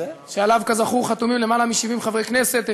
שעליו כזכור חתומים למעלה מ-70 חברי כנסת,